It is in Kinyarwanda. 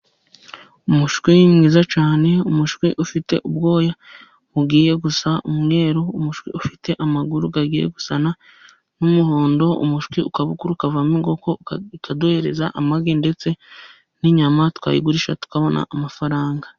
Umushwi ni mwiza cyane, umushwi ufite ubwoya bugiye gusa umweru, ufite amaguru agiye gusa n'umuhondo. umushwi ukaba ukura ukavamo ukaduhereza amagi ndetse n'inyama twabigurisha tukabona amafaranga.